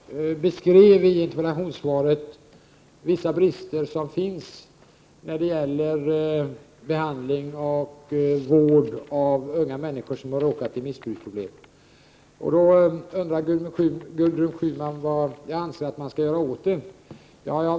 Herr talman! Det är riktigt att jag i interpellationssvaret beskrev vissa brister som finns i behandlingen och vården av unga människor som råkat ut för missbruksproblem. Gudrun Schyman undrar vad jag anser att man skall göra åt det.